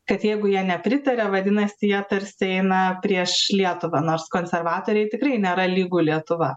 kad jeigu jie nepritaria vadinasi jie tarsi eina prieš lietuvą nors konservatoriai tikrai nėra lygu lietuva